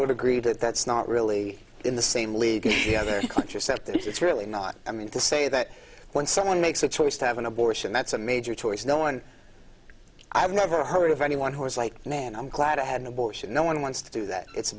would agree that that's not really in the same league other contraceptive it's really not i mean to say that when someone makes a choice to have an abortion that's a major choice no one i've never heard of anyone who was like man i'm glad i had an abortion no one wants to do that it's a